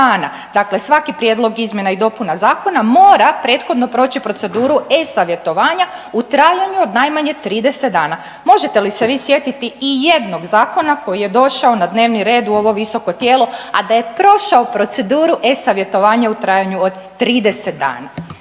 Dakle, svaki prijedlog izmjena i dopuna zakona mora prethodno proći proceduru e-savjetovanja u trajanju od najmanje 30 dana. Možete li se vi sjetiti ijednog zakona koji je došao na dnevni red u ovo visoko tijelo, a da je prošao proceduru e-savjetovanja u trajanju od 30 dana?